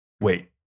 Wait